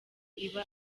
iba